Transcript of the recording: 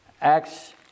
Acts